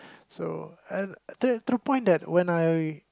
so and tr~ true point then when I